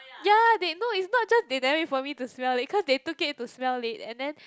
ya they no is not just they never wait for me to smell is cause they took it to smell it and then